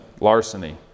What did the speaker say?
larceny